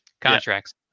contracts